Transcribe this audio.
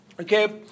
okay